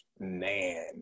Man